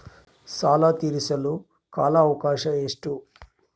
ಸಾಲ ತೇರಿಸಲು ಕಾಲ ಅವಕಾಶ ಎಷ್ಟು?